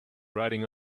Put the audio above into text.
riding